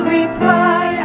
reply